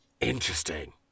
Interesting